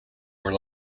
were